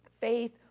faith